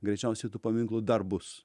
greičiausiai tų paminklų dar bus